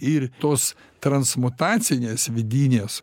ir tos transmutacinės vidinės